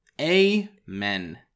Amen